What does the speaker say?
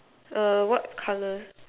err what colour